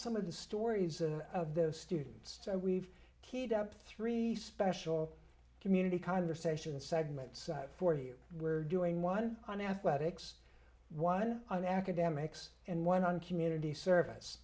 some of the stories of the students we've keyed up three special community conversations segments for you we're doing one on athletics one on academics and one on community service